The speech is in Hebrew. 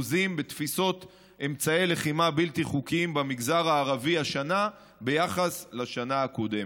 בתפיסות אמצעי לחימה בלתי חוקיים במגזר הערבי השנה ביחס לשנה הקודמת.